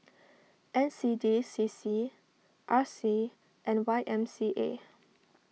N C D C C R C and Y M C A